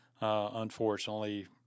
unfortunately